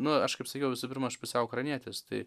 nu aš kaip sakiau visų pirma aš pusiau ukrainietis tai